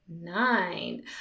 nine